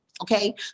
okay